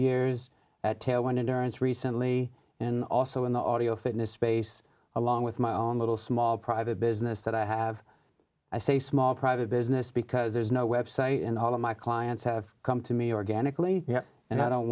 interest recently and also in the audio fitness space along with my own little small private business that i have i say a small private business because there's no website and all of my clients have come to me organically and i don't